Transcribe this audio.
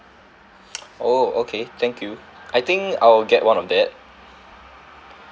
oh okay thank you I think I will get one of that